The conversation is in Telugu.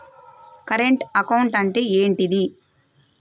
కరెంట్ అకౌంట్ అంటే ఏంటిది?